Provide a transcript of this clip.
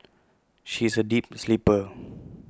she is A deep sleeper